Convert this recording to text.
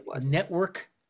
Network